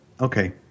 Okay